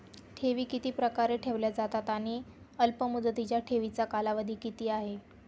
ठेवी किती प्रकारे ठेवल्या जातात आणि अल्पमुदतीच्या ठेवीचा कालावधी किती आहे?